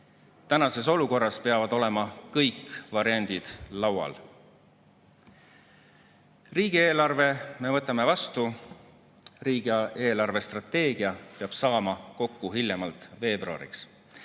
Tänases olukorras peavad olema kõik variandid laual. Riigieelarve me võtame vastu, riigi eelarvestrateegia peab saama kokku hiljemalt veebruariks.